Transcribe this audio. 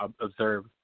observe